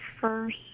first